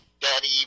daddy